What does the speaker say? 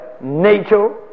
nature